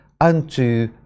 unto